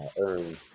earn